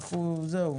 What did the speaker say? זהו.